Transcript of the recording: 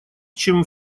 чем